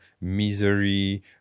misery